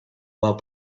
while